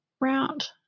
route